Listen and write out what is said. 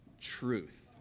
truth